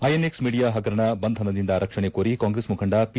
INX media ಹಗರಣ ಬಂಧನದಿಂದ ರಕ್ಷಣೆ ಕೋರಿ ಕಾಂಗ್ರೆಸ್ ಮುಖಂಡ ಪಿ